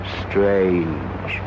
strange